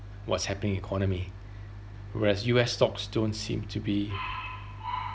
what's happened in economy whereas U_S stocks don't seem to be